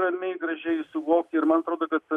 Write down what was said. ramiai gražiai suvokti ir man atrodo kad